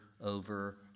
over